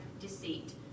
deceit